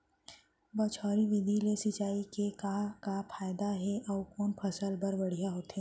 बौछारी विधि ले सिंचाई के का फायदा हे अऊ कोन फसल बर बढ़िया होथे?